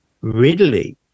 readily